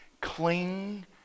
cling